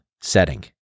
setting